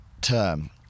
term